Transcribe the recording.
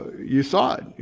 you saw it,